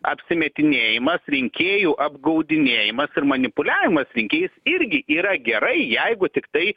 apsimetinėjimas rinkėjų apgaudinėjimas ir manipuliavimas rinkėjais irgi yra gerai jeigu tiktai